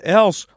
else